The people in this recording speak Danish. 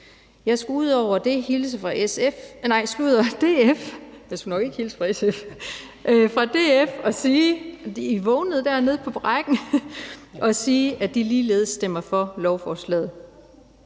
SF eller – jeg beklager – fra DF og sige, at de ligeledes stemmer for lovforslaget.